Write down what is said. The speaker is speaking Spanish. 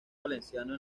valenciano